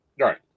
Right